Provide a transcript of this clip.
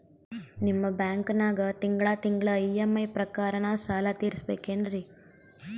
ನಿಮ್ಮ ಬ್ಯಾಂಕನಾಗ ತಿಂಗಳ ತಿಂಗಳ ಇ.ಎಂ.ಐ ಪ್ರಕಾರನ ಸಾಲ ತೀರಿಸಬೇಕೆನ್ರೀ?